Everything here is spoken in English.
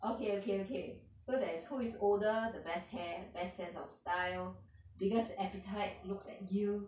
okay okay okay so there is who is older the best hair best sense of style biggest appetite looks at you